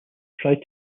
tried